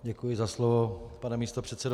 Děkuji za slovo, pane místopředsedo.